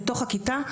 בתוך הכיתה,